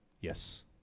Yes